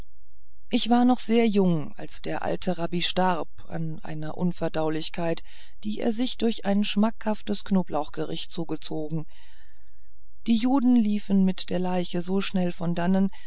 ich war noch sehr jung als der alte rabbi starb an einer unverdaulichkeit die er sich durch ein schmackhaftes knoblauchgericht zugezogen die juden liefen mit der leiche so schnell von dannen